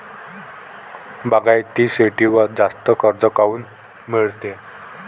बागायती शेतीवर जास्त कर्ज काऊन मिळते?